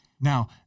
Now